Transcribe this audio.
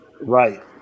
right